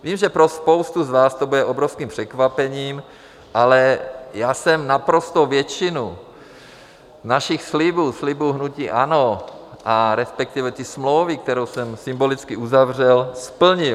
Vím, že pro spoustu z vás to bude obrovským překvapením, ale já jsem naprostou většinu našich slibů, slibů hnutí ANO, respektive té smlouvy, kterou jsem symbolicky uzavřel, splnil.